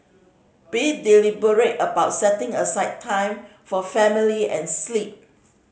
be deliberate about setting aside time for family and sleep